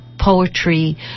poetry